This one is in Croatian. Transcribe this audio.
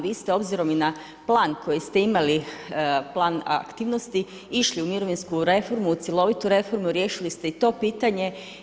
Vi ste obzirom i na plan koji ste imali, plan aktivnosti išli u mirovinsku reformu, u cjelovitu reformu, riješili ste i to pitanje.